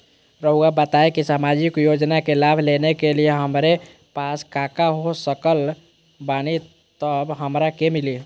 रहुआ बताएं कि सामाजिक योजना के लाभ लेने के लिए हमारे पास काका हो सकल बानी तब हमरा के मिली?